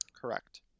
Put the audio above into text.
Correct